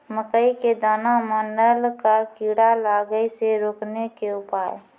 मकई के दाना मां नल का कीड़ा लागे से रोकने के उपाय?